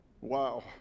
Wow